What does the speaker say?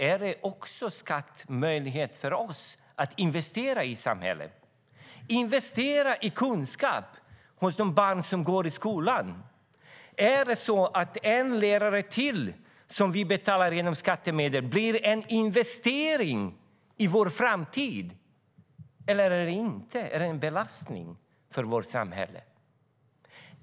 Är skatten också en möjlighet för oss att investera i samhället, investera i kunskap hos de barn som går i skolan? Är det så att en lärare till som vi betalar genom skattemedel blir en investering i vår framtid, eller är det inte så? Är det en belastning för vårt samhälle?